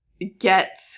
get